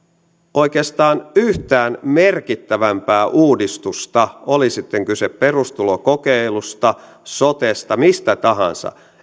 oikeastaan yhtään merkittävämpää uudistusta oli sitten kyse perustulokokeilusta sotesta mistä tahansa